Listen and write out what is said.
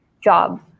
job